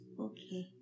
Okay